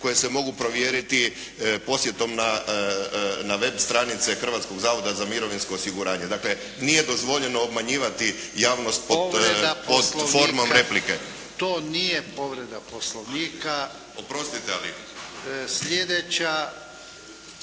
koje se mogu provjeriti posjetom na web stranice Hrvatskog zavoda za mirovinsko osiguranje. Dakle, nije dozvoljeno obmanjivati javnost pod formom replike. **Jarnjak, Ivan (HDZ)** To nije